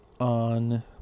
on